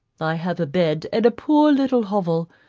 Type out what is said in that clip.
i have a bed and a poor little hovel,